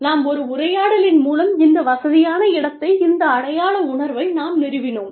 நாம் ஒரு உரையாடலின் மூலம் இந்த வசதியான இடத்தை இந்த அடையாள உணர்வை நாம் நிறுவினோம்